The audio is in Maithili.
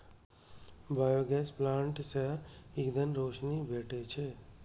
बायोगैस प्लांट सं ईंधन, रोशनी भेटै छै